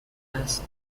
است